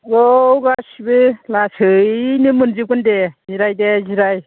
औ गासिबो लासैनो मोनजोबगोन दे जिराय दे जिराय